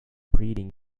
breeding